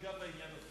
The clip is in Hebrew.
שתיגע בעניין הזה.